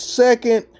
second